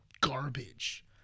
garbage